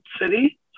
city